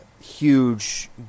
huge